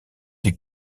des